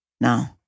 No